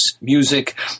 music